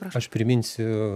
aš priminsiu